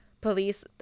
Police